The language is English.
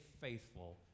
faithful